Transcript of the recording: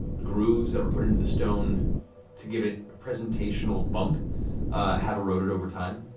grooves that were put into the stone to give it a presentational bump have eroded over time,